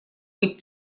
быть